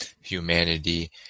humanity